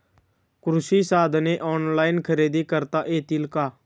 कृषी साधने ऑनलाइन खरेदी करता येतील का?